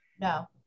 no